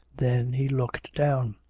then he looked down.